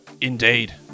Indeed